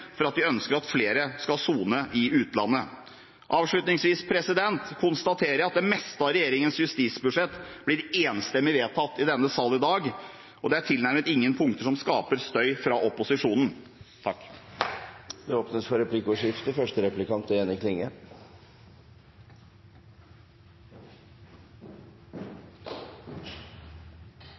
for at den ønsker at flere skal sone i utlandet. Avslutningsvis konstaterer jeg at det meste av regjeringens justisbudsjett blir enstemmig vedtatt i denne salen i dag, og det er tilnærmet ingen punkter som skaper støy fra opposisjonen. Det blir replikkordskifte.